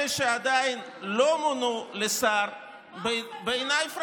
אלה שעדיין לא מונו לשר הם בעיניי פראיירים.